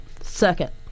Circuit